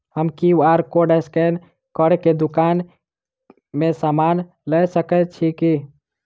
हम QR code scan कऽ केँ दुकान मे समान लऽ सकैत छी की?